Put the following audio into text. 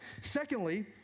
Secondly